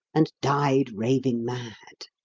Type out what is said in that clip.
and died raving mad.